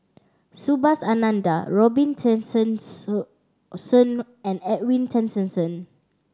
Subhas Anandan Robin and Edwin Tessensohn